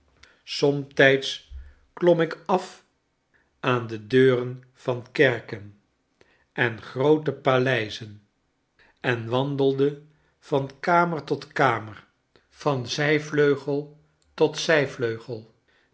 somtijds klom ik af aan de deuren van kerken en groote paleizen en wandelde van kamer tot kamer van zijvleugel tot